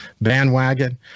bandwagon